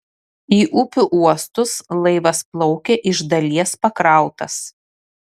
į upių uostus laivas plaukia iš dalies pakrautas